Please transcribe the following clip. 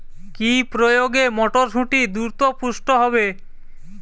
কি প্রয়োগে মটরসুটি দ্রুত পুষ্ট হবে?